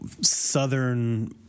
southern